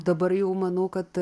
dabar jau manau kad